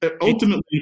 ultimately